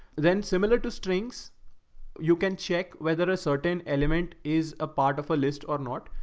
then similar to strings you can check whether a certain element is a part of a list or not.